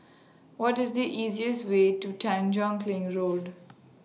What IS The easiest Way to Tanjong Kling Road